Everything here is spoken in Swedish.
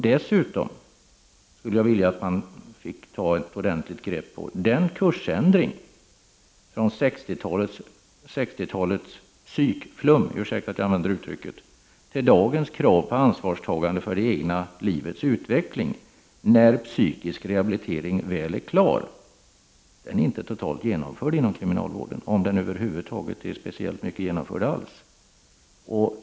Dessutom skulle jag vilja att man fick ta ett ordentligt grepp i fråga om kursändringen från 60-talets psykflum — ursäkta att jag använder uttrycket — till dagens krav på ansvarstagande för det egna livets utveckling när den psykiska rehabiliteringen väl är klar. Den kursändringen är inte totalt genomförd inom kriminalvården, om den över huvud taget är speciellt mycket genomförd alls.